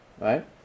right